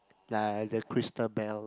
like there are crystal bell